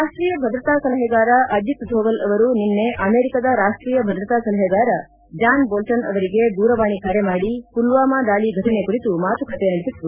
ರಾಷ್ಷೀಯ ಭದ್ರತಾ ಸಲಹೆಗಾರ ಅಜಿತ್ ದೋವಲ್ ಅವರು ನಿನ್ನೆ ಅಮೆರಿಕದ ರಾಷ್ಷೀಯ ಭದ್ರತಾ ಸಲಹೆಗಾರ ಜಾನ್ ಬೋಲ್ಲನ್ ಅವರಿಗೆ ದೂರವಾಣಿ ಕರೆ ಮಾಡಿ ಪುಲ್ವಾಮ ದಾಳಿ ಘಟನೆ ಕುರಿತು ಮಾತುಕತೆ ನಡೆಸಿದರು